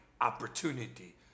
opportunity